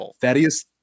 Thaddeus –